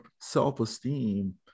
self-esteem